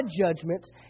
judgments